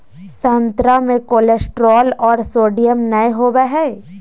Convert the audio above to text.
संतरा मे कोलेस्ट्रॉल और सोडियम नय होबय हइ